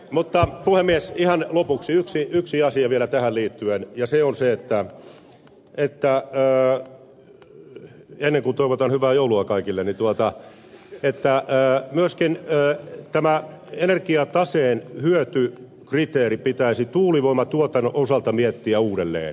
mutta puhemies ihan lopuksi yksi asia vielä tähän liittyen ja se on se ennen kuin toivotan hyvää joulua kaikille että myöskin tämä energiataseen hyötykriteeri pitäisi tuulivoimatuotannon osalta miettiä uudelleen